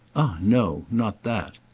no not that!